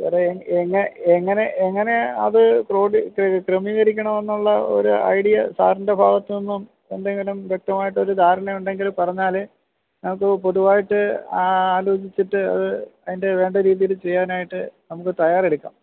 സാറെ എങ്ങനെ എങ്ങനെ അത് ക്രോഡീ ക്രമീകരിക്കണമെന്നുള്ള ഒരു ഐഡിയ സാറിൻ്റെ ഭാഗത്ത് നിന്നും എന്തെങ്കിലും വ്യക്തമായിട്ടൊരു ധാരണയുണ്ടെങ്കിൽ പറഞ്ഞാൽ നമുക്ക് പൊതുവായിട്ട് ആലോചിച്ചിട്ട് അത് അതിൻ്റെ വേണ്ട രീതിയിൽ ചെയ്യാനായിട്ട് നമുക്ക് തയ്യാറെടുക്കാം